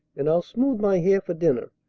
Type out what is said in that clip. and i'll smooth my hair for dinner.